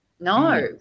No